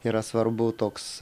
yra svarbu toks